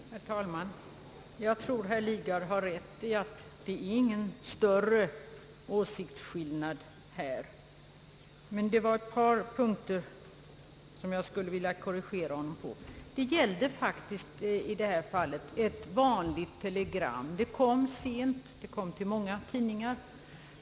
Herr talman! Jag tror att herr Lidgard har rätt i att det här inte föreligger någon större åsiktsskillnad. Jag skulle emellertid vilja korrigera honom på ett par punkter. Det gällde i detta fall ett helt vanligt telegram. Det kom till många tidningar.